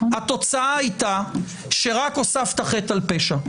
התוצאה הייתה שרק הוספת חטא על פשע.